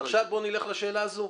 אז בוא נלך עכשיו לשאלה הזו,